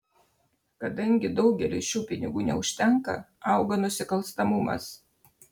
kadangi daugeliui šių pinigų neužtenka auga nusikalstamumas